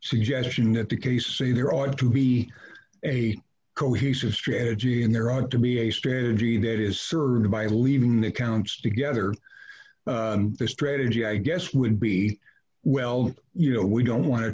suggestion that the case say there ought to be a cohesive strategy and there are to me a strategy that is served by leaving the accounts together this strategy i guess would be well you know we don't want to